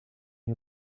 you